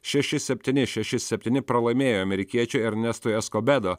šeši septyni šeši septyni pralaimėjo amerikiečiui ernestui eskobedo